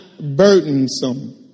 burdensome